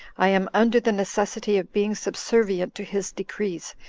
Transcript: i am under the necessity of being subservient to his decrees,